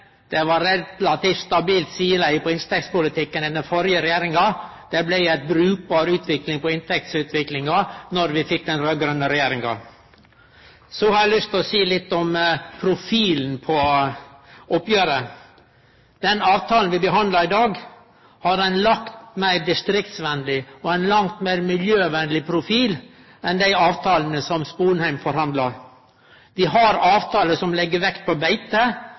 Det var relativt stabilt sideleie på inntektspolitikken under den førre regjeringa. Det blei ei brukbar utvikling på inntektsutviklinga då vi fikk den raud-grøne regjeringa. Så har eg lyst til å seie litt om profilen på oppgjeret. Den avtalen vi behandlar i dag, har ein langt meir distriktsvenleg og langt meir miljøvenleg profil enn dei avtalane som Sponheim forhandla om. Vi har avtalar som legg vekt på beite,